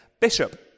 Bishop